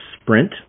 sprint